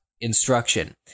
instruction